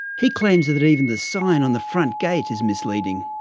he claims that even the sign on the front gate is misleading.